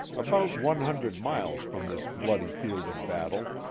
about one hundred miles from this bloody field of battle,